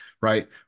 right